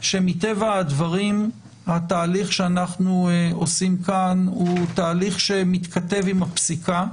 מטבע הדברים התהליך שאנחנו עושים כאן הוא תהליך שמתכתב עם הפסיקה,